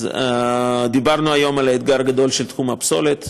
אז דיברנו היום על האתגר הגדול של תחום הפסולת,